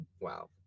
wow